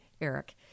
Eric